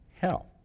hell